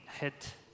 hit